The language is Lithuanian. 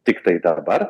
tiktai dabar